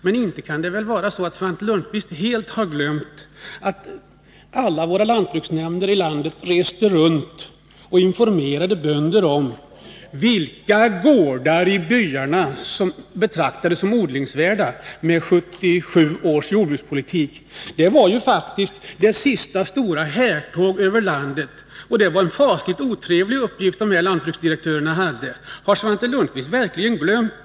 Men inte kan det väl vara så att Svante Lundkvist helt har glömt att representanter för alla lantbruksnämnder i vårt land reste runt och informerade bönder om vilka gårdar i byarna som betraktades som odlingsvärda enligt 1977 års jordbrukspolitik. Det var faktiskt det sista stora härtåget över landet. Det var en fasligt otrevlig uppgift som de här lantbruksdirektörerna hade. Har Svante Lundkvist verkligen glömt detta?